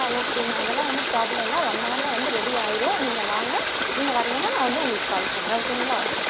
ஆ ஓகேங்க அதெலாம் ஒன்றும் ப்ராபளமில்ல ஒன் அவரில் வந்து ரெடி ஆகிடும் நீங்கள் வாங்க நீங்கள் வரலேனா நான் வந்து உங்களுக்கு கால் பண்ணுறேன் ஓகேங்களா